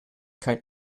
kein